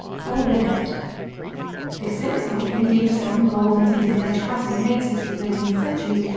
pont l'eveque this semisoft, medium-strong, golden-tinted french classic made since the thirteenth century,